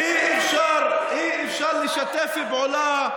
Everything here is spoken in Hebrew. אי-אפשר לשתף פעולה,